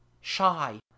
shy